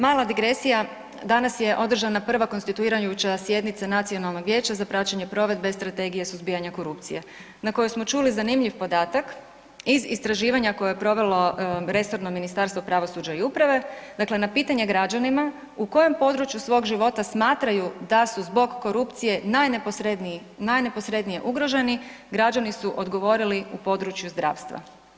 Mala digresija, danas je održana prva konstituirajuća sjednica Nacionalnog vijeća za praćenje provedbe Strategije suzbijanja korupcije na kojoj smo čuli zanimljiv podatak iz istraživanja koje je provelo resorno Ministarstvo pravosuđa i uprave, dakle na pitanje građanima u kojem području svog života smatraju da su zbog korupcije najneposrednije ugroženi, građani su odgovorili u području zdravstva.